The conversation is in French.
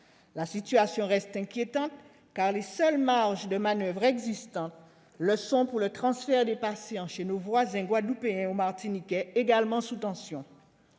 La situation reste inquiétante, car les seules marges de manoeuvre dont nous disposons sont le transfert de patients chez nos voisins guadeloupéens ou martiniquais, eux-mêmes sous tension.